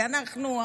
כי אנחנו,